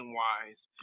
wise